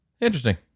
Interesting